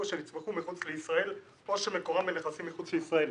או שנצמחו מחוץ לישראל או שמקורם בנכסים מחוץ לישראל",